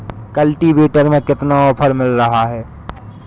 Cultivator में कितना offer मिल रहा है?